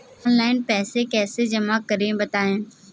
Online पैसा कैसे जमा करें बताएँ?